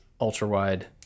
ultra-wide